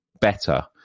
better